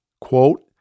quote